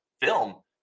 film